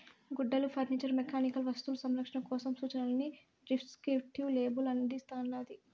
గుడ్డలు furniture mechanical వస్తువులు సంరక్షణ కోసం సూచనలని డిస్క్రిప్టివ్ లేబుల్ అందిస్తాండాది